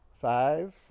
Five